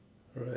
alright